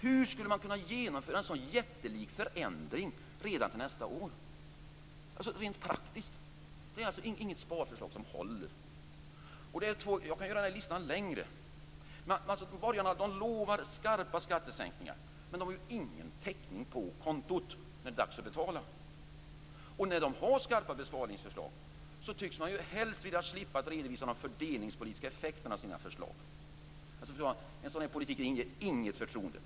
Hur skulle man kunna genomföra en sådan jättelik förändring rent praktiskt redan till nästa år, änskönt man tyckte att det var bra? Det är inget sparförslag som håller. Jag kan göra listan längre. Borgarna lovar skarpa skattesänkningar, men de har ingen täckning på kontot när det är dags att betala. När de har skarpa besparingsförslag tycks de helst vilja slippa att redovisa de fördelningspolitiska effekterna av sina förslag. Fru talman! En sådan politik inger inget förtroende.